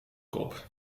kop